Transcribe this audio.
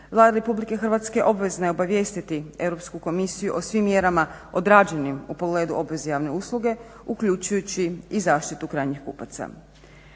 Vlada Republike Hrvatske obvezna je obavijestiti Europsku komisiju o svim mjerama odrađenim u pogledu obveze javne usluge uključujući i zaštitu krajnjih kupaca.